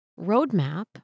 roadmap